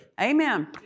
Amen